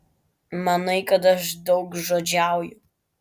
manai kad aš daugžodžiauju